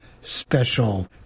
special